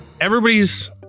everybody's